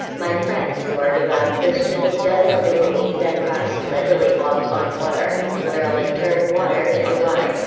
my friends who are devout christians definitely believe that christ literally walked on water, literally turned water into wine,